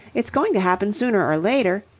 it's going to happen sooner or later.